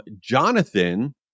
Jonathan